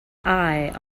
eye